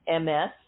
MS